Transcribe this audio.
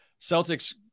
Celtics